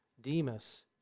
Demas